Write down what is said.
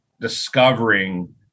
discovering